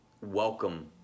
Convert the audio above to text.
welcome